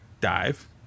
Dive